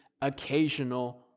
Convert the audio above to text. occasional